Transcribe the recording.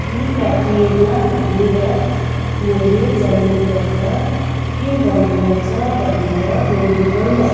कि काटिएन भनेर मैले जान्नु पर्दा के गर्नु पर्छ भनेर मैले पहिला